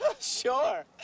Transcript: Sure